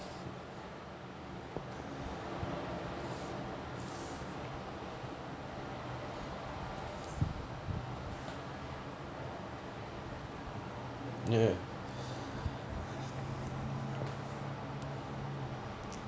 ya